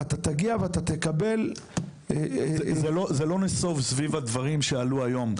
אתה תגיע ותקבל --- זה לא נסוב סביבי הדברים שהיו היום.